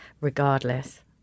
regardless